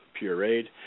pureed